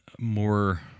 more